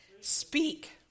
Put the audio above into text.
speak